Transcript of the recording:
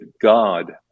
God